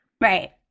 Right